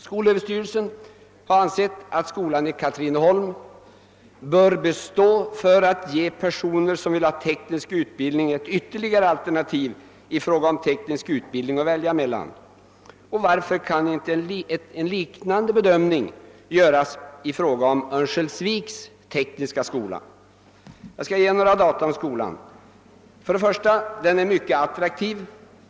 Skolöverstyrelsen har ansökt att skolan i Katrineholm bör bestå för att ge personer som vill ha teknisk utbildning ett ytterligare alternativ i fråga om sådan utbildning, och varför kan inte en liknande bedömning göras beträffande Örnsköldsviks tekniska skola? Jag vill ge några data om denna skola. 1. Skolan är mycket attraktiv.